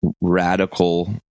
radical